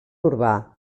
urbà